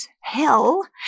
hell